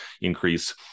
increase